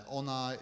ona